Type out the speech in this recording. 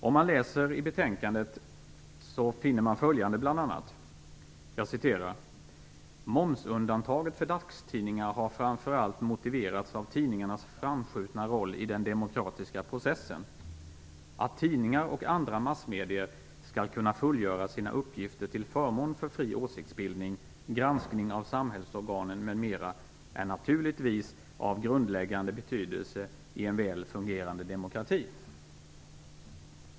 När man läser i betänkandet finner man bl.a. följande: "Momsundantaget för dagstidningar har framför allt motiverats av tidningarnas framskjutna roll i den demokratiska processen. Att tidningar och andra massmedier skall kunna fullgöra sina uppgifter till förmån för fri åsiktsbildning, granskning av samhällsorganen m.m. är naturligtvis av grundläggande betydelse i en väl fungerande demokrati."